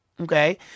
okay